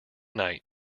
night